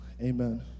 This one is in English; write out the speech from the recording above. Amen